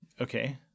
okay